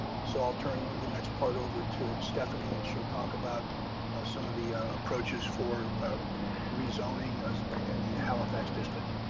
so i'll turn the next part over to stephanie. and she'll talk about some of the approaches for rezoning us in and the halifax district.